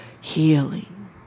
healing